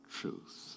truth